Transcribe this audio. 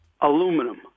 aluminum